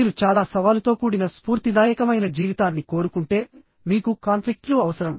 మీరు చాలా సవాలుతో కూడిన స్ఫూర్తిదాయకమైన జీవితాన్ని కోరుకుంటే మీకు కాన్ఫ్లిక్ట్ లు అవసరం